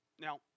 now